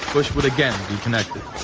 bush would again be connected.